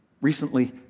recently